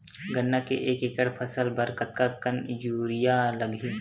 गन्ना के एक एकड़ फसल बर कतका कन यूरिया लगही?